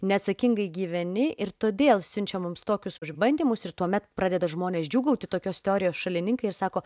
neatsakingai gyveni ir todėl siunčia mums tokius išbandymus ir tuomet pradeda žmonės džiūgauti tokios teorijos šalininkai ir sako